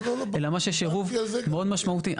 אלא ממש יש עירוב מאוד משמעותי.